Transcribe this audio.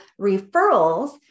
referrals